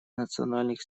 национальных